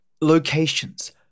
Locations